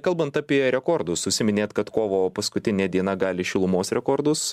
kalbant apie rekordus užsiiminėt kad kovo paskutinė diena gali šilumos rekordus